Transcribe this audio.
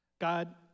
God